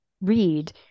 read